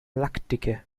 lackdicke